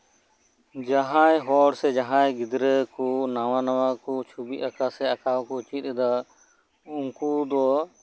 ᱡᱟᱦᱟᱸᱭ ᱦᱚᱲ ᱥᱮ ᱡᱟᱦᱟᱸᱭ ᱜᱤᱫᱽᱨᱟᱹ ᱠᱚ ᱱᱟᱶᱟ ᱱᱟᱶᱟ ᱪᱷᱚᱵᱤ ᱟᱸᱠᱟᱣ ᱥᱮ ᱟᱸᱠᱟᱣ ᱠᱚ ᱪᱮᱫ ᱮᱫᱟ ᱩᱱᱠᱩ ᱫᱚ